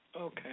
Okay